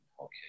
okay